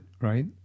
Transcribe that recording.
right